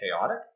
chaotic